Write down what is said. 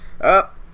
Up